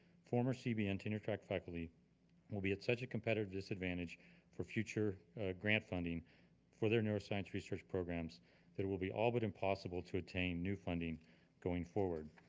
former cbn tenure track faculty will be at such a competitive disadvantage for future grant funding for their neuroscience research programs there will be all but impossible to attain new funding going forward.